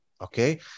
Okay